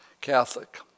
Catholic